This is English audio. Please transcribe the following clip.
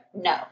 No